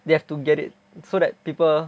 they have to get it so that people